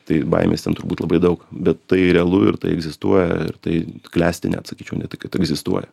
tai baimės ten turbūt labai daug bet tai realu ir tai egzistuoja ir tai klesti net sakyčiau ne tik kad egzistuoja